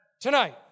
tonight